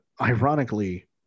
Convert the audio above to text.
ironically